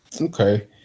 Okay